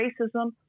racism